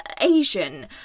Asian